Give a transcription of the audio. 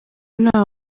nta